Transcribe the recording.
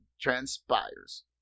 transpires